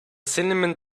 cinnamon